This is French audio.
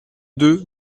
deux